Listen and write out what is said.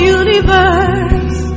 universe